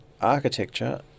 architecture